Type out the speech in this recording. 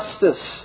justice